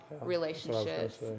relationships